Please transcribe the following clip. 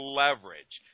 leverage